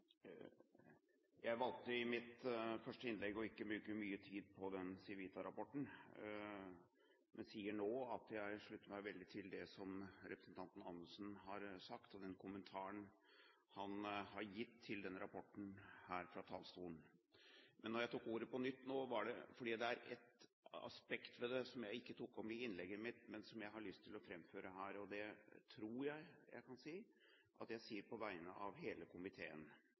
Jeg valgte i mitt første innlegg å ikke bruke mye tid på Civita-rapporten, men sier nå at jeg slutter meg til det som representanten Anundsen har sagt, og den kommentaren han har gitt til denne rapporten her fra talerstolen. Når jeg tok ordet på nytt nå, var det fordi det er et aspekt ved det som jeg ikke tok opp i innlegget mitt, men som jeg har lyst til å framføre her. Det tror jeg at jeg kan si er på vegne av hele komiteen.